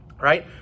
right